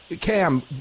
Cam